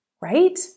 right